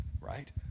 right